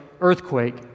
earthquake